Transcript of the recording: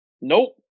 Nope